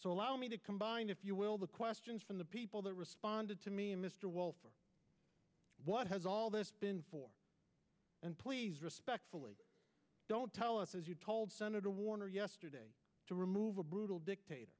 so allow me to combine if you will the questions from the people that responded to me mr walsh what has all this been for and please respectfully don't tell us as you told senator warner yesterday to remove a brutal dictator